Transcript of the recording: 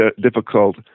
difficult